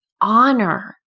honor